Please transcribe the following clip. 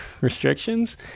restrictions